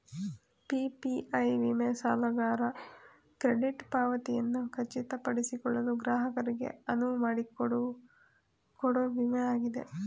PPI ವಿಮೆ ಸಾಲಗಾರ credit ಪಾವತಿಯನ್ನ ಖಚಿತಪಡಿಸಿಕೊಳ್ಳಲು ಗ್ರಾಹಕರಿಗೆ ಅನುವುಮಾಡಿಕೊಡೊ ವಿಮೆ ಆಗಿದೆ